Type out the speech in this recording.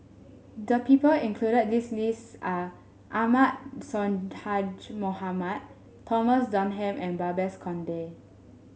the people included at this list are Ahmad Sonhadji Mohamad Thomas Dunman and Babes Conde